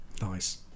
Nice